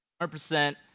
100%